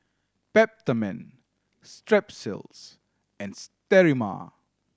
Peptamen Strepsils and Sterimar